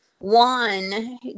One